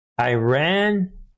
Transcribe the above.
Iran